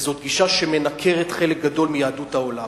וזאת גישה שמנכרת חלק גדול מיהדות העולם.